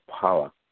power